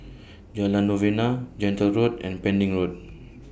Jalan Novena Gentle Road and Pending Road